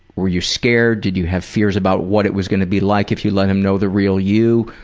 were you scared? did you have fears about what it was going to be like if you let him know the real you?